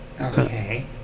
Okay